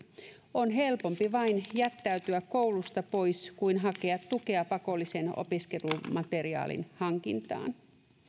on helpompi vain jättäytyä koulusta pois kuin hakea tukea pakollisen opiskelumateriaalin hankintaan